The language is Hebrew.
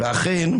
ואכן,